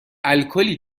الکلی